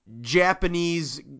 Japanese